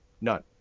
None